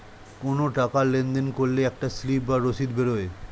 কোনো টাকা লেনদেন করলে একটা স্লিপ বা রসিদ বেরোয়